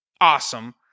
awesome